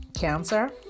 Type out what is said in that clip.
cancer